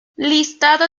listado